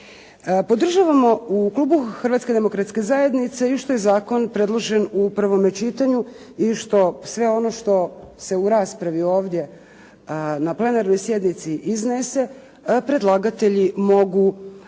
demokratske zajednice i što je zakon predložen u prvom čitanju i što sve ono što se u raspravi ovdje na plenarnoj sjednici iznese, predlagatelji mogu